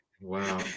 Wow